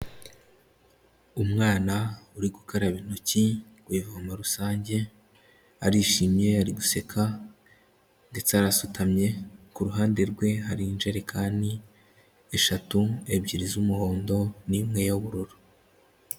Umwana uri gukaraba intoki ku ivomo rusange, arishimye ari guseka, ndetse arasutamye, ku ruhande rwe hari injerekani eshatu, ebyiri z'umuhondo n'imwe y'ubururu.